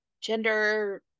gender